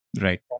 Right